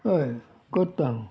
हय करतां हांव